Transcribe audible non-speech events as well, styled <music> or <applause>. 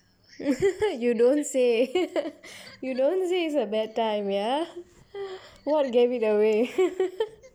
<laughs> you don't say you don't say it's a bad time ya what gave it away